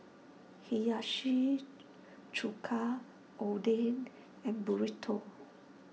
Hiyashi Chuka Oden and Burrito